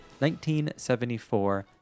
1974